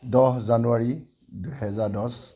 দহ জানুৱাৰী দুহেজাৰ দহ